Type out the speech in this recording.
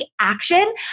action